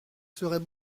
serait